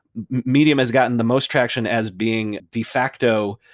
medium has gotten the most traction as being de facto,